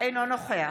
אינו נוכח